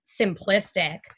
simplistic